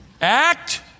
Act